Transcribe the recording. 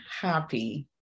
happy